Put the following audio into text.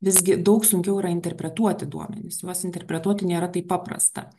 visgi daug sunkiau yra interpretuoti duomenis juos interpretuoti nėra taip paprasta